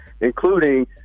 including